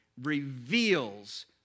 reveals